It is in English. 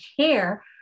care